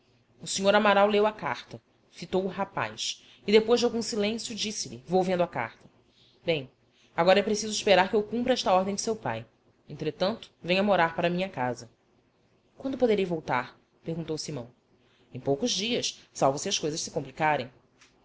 carta o sr amaral leu a carta fitou o rapaz e depois de algum silêncio disse-lhe volvendo a carta bem agora é preciso esperar que eu cumpra esta ordem de seu pai entretanto venha morar para a minha casa quando poderei voltar perguntou simão em poucos dias salvo se as coisas se complicarem